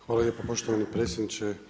Hvala lijepa poštovani predsjedniče.